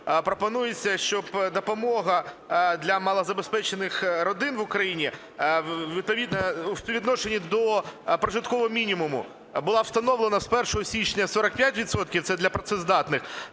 пропонується, щоб допомога для малозабезпечених родин в Україні, у співвідношенні до прожиткового мінімуму, була встановлена з 1 січня 45 відсотків (це для працездатних),